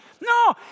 No